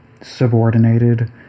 subordinated